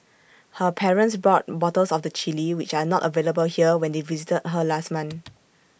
her parents brought bottles of the Chilli which are not available here when they visited her last month